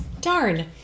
Darn